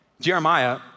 Jeremiah